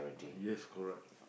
yes correct